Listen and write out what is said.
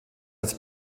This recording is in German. als